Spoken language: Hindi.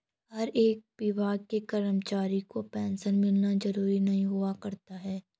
हर एक विभाग के कर्मचारी को पेन्शन मिलना जरूरी नहीं हुआ करता है